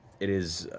it is